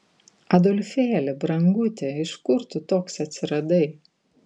adolfėli branguti iš kur tu toks atsiradai